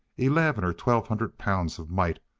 eleven or twelve hundred pounds of might,